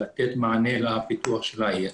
לתת מענה לפיתוח של העיר.